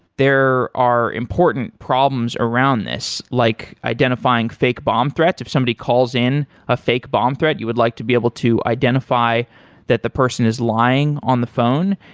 there are important problems around this, like identifying fake bomb threats. if somebody calls in a fake bomb threat, you would like to be able to identify that the person is lying on the phone.